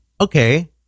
okay